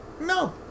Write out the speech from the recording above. no